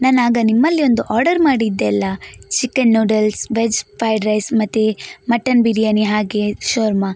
ನಾನಾಗ ನಿಮ್ಮಲ್ಲಿ ಒಂದು ಆರ್ಡರ್ ಮಾಡಿದ್ದೆ ಅಲ್ಲ chicken noodles veg fried rice ಮತ್ತೆ ಮಟನ್ ಬಿರ್ಯಾನಿ ಹಾಗೆ ಶೊರ್ಮ